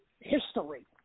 history